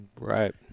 right